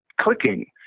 clicking